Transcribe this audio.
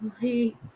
please